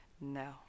no